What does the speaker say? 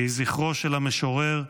יהי זכרו של המשורר,